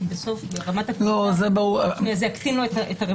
כי בסוף זה יקטין לו את הרווחים.